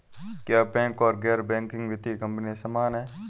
क्या बैंक और गैर बैंकिंग वित्तीय कंपनियां समान हैं?